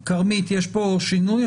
כרמית, יש פה שינוי?